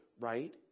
right